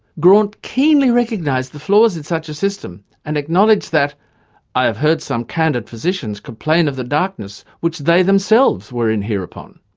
graunt keenly recognised the flaws in such a system and acknowledged that i have heard some candid physicians complain of the darkness which they themselves were in hereupon.